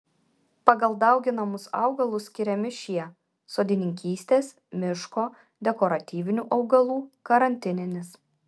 pagal dauginamus augalus skiriami šie sodininkystės miško dekoratyvinių augalų karantininis